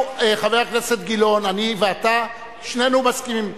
חבר הכנסת גילאון, אני ואתה, שנינו מסכימים.